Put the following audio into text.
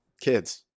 kids